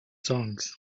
songs